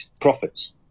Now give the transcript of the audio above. profits